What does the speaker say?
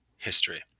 history